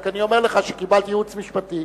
רק אני אומר לך שקיבלתי ייעוץ משפטי,